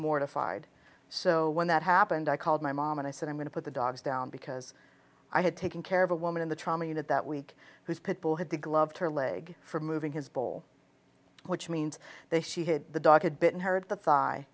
mortified so when that happened i called my mom and i said i'm going to put the dogs down because i had taken care of a woman in the trauma unit that week whose pitbull had the gloved her leg from moving his bowl which means they she had the dog had bitten her at the th